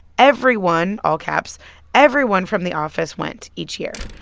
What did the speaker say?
everyone all caps everyone from the office went each year.